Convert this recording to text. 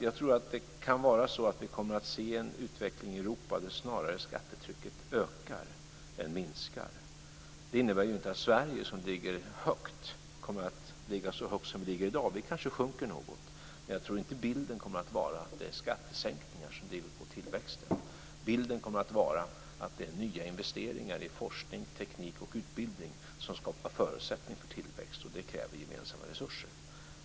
Jag tror alltså att vi kommer att få se en utveckling där skattetrycket snarare ökar än minskar i Europa. Det innebär kanske att Sverige, som ligger högt, sjunker något. Jag tror dock inte att vi kommer att få en bild där skattesänkningar driver på tillväxten. Bilden kommer att vara den att nya investeringar i forskning, teknik och utbildning skapar förutsättningar för tillväxt, och det kräver gemensamma resurser.